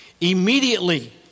Immediately